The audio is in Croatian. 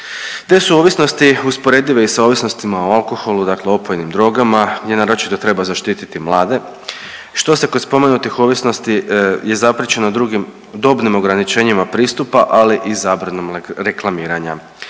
Te su ovisnosti usporedive i sa ovisnostima o alkoholu, dakle opojnim drogama. Naročito treba zaštititi mlade što se kroz spomenutih ovisnosti je zapriječeno drugim dobnim ograničenjima pristupa ali i zabranom reklamiranja.